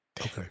Okay